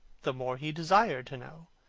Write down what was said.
the more he desired to know.